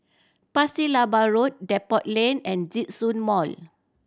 Pasir Laba Road Depot Lane and Djitsun Mall